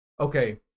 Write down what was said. Okay